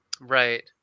Right